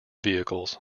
vehicles